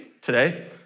today